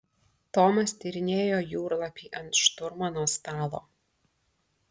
tomas tyrinėjo jūrlapį ant šturmano stalo